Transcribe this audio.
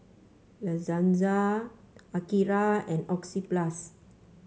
La Senza Akira and Oxyplus